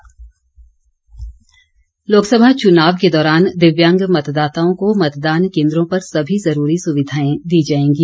मतदान लोकसभा चुनाव के दौरान दिव्यांग मतदाताओं को मतदान केंद्रों पर सभी जरूरी सुविधाएं दी जाएंगी